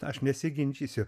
aš nesiginčysiu